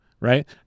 Right